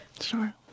Sure